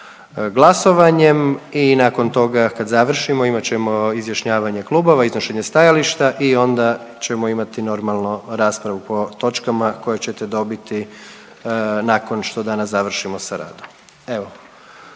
glasovanjem i nakon toga, kad završimo, imat ćemo izjašnjavanje klubova, iznošenje stajališta i onda ćemo imati normalno raspravu po točkama koje ćete dobiti nakon što danas završimo sa radom.